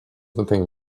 nothing